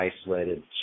isolated